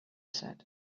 said